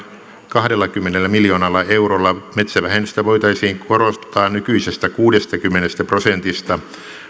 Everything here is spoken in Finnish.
kahdellakymmenellä miljoonalla eurolla metsävähennystä voitaisiin korottaa nykyisestä kuudestakymmenestä prosentista